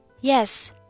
Yes